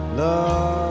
love